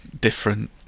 different